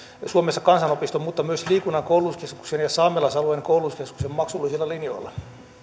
suomessa kansanopiston mutta myös liikunnan koulutuskeskuksen ja saamelaisalueen koulutuskeskuksen maksullisilla linjoilla